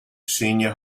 senior